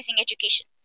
education